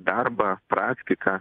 darbą praktiką